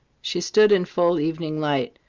she stood in full evening light,